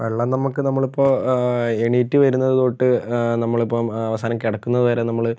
വെള്ളം നമുക്ക് നമ്മളിപ്പോൾ എണീറ്റ് വരുന്നത് തൊട്ട് നമ്മളിപ്പോൾ അവസാനം കിടക്കുന്നത് വരെ നമ്മൾ